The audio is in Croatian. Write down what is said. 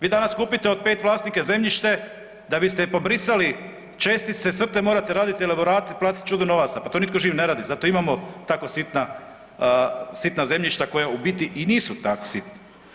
Vi danas kupite od 5 vlasnika zemljište da biste pobrisali čestice, crte, morate raditi elaborate i platiti čudo novaca, pa to nitko živ ne radi, zato imamo tako sitna zemljišta koja u biti i nisu tako sitna.